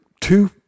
two